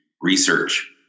research